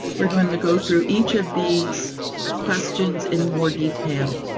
we're going to go through each of these questions in more detail.